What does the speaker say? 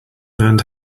learned